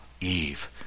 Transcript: Eve